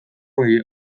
hogeira